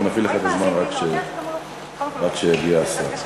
ואנחנו נפעיל לך את הזמן רק כשיגיע השר.